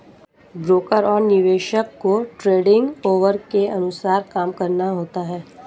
broker और निवेशक को ट्रेडिंग ऑवर के अनुसार काम करना होता है